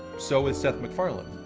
so is seth macfarlane.